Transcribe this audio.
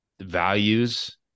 values